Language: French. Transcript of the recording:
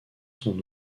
son